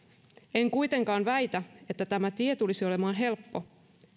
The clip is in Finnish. en kuitenkaan väitä että tämä tie tulisi olemaan helppo